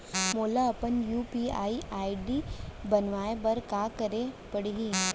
मोला अपन UPI ID बनाए बर का करे पड़ही?